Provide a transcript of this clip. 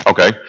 Okay